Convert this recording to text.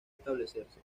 establecerse